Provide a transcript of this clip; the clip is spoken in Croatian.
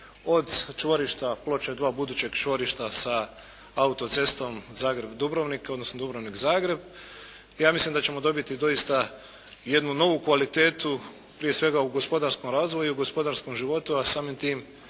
od čvorišta Ploče dva budućeg čvorišta sa auto-cestom Zagreb -Dubrovnik, odnosno Dubrovnik - Zagreb. Ja mislim da ćemo dobiti doista jednu novu kvalitetu prije svega u gospodarskom razvoju, u gospodarskom životu, a samim tim